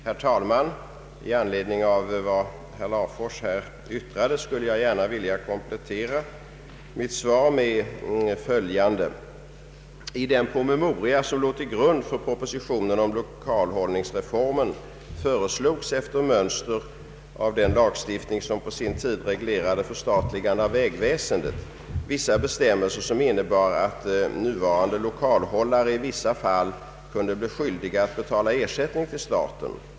Herr talman! I anledning av vad herr Larfors här yttrade skulle jag gärna vilja komplettera mitt svar med följande. I den promemoria som låg till grund för propositionen om lokalhållningsreformen föreslogs efter mönster av den lagstiftning som på sin tid reglerade förstatligandet av vägväsendet vissa bestämmelser, som innebar att nuvarande lokalhållare i vissa fall kunde bli skyldiga att betala ersättning till staten.